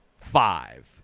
Five